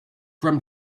from